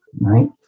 Right